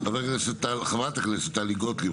חברת הכנסת טלי גוטליב,